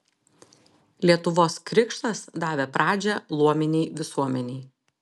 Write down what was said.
lietuvos krikštas davė pradžią luominei visuomenei